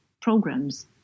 programs